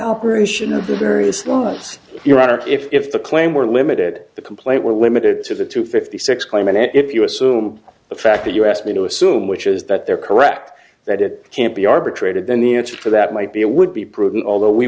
operation of the various laws your honor if the claim were limited the complaint were limited to the two fifty six claim and if you assume the fact that you asked me to assume which is that they're correct that it can't be arbitrated then the answer to that might be a would be prudent although we